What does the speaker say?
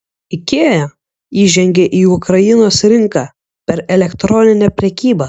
ikea įžengė į ukrainos rinką per elektroninę prekybą